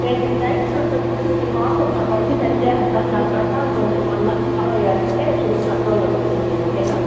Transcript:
నేన్ మీ diet plans వచ్చి మీ వాట్సప్ నంబర్కి చేసేస్తాను దాన్ని ప్రకారం కొంచెం ఒక వన్ మంత్ ఫాలో అయ్యారంటే షుగర్ కంట్రోల్లోకి వచ్చేస్తుంది ఓకేనా